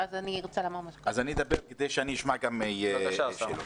אז אני ארצה לומר על זה משהו בהמשך.